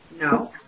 No